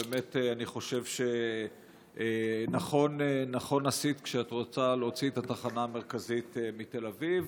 באמת אני חושב שנכון עשית כשאת רוצה להוציא את התחנה המרכזית מתל אביב,